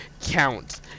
count